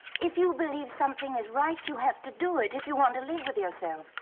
if you believe something is right, you have to do it if you want to live with yourself.